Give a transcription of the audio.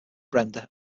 brenda